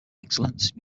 excellence